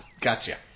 Gotcha